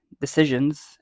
decisions